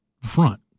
front